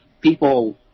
people